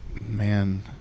Man